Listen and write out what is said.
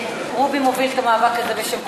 ורובי מוביל את המאבק הזה בשם כולנו.